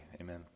Amen